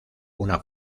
una